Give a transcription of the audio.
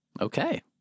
Okay